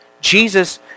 Jesus